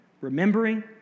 remembering